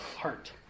heart